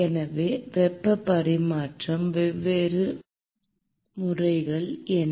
எனவே வெப்ப பரிமாற்றத்தின் வெவ்வேறு முறைகள் என்ன